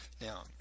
Now